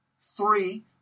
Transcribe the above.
Three